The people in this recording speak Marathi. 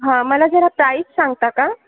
हां मला जरा प्राईस सांगता का